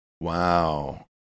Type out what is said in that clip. Wow